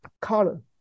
color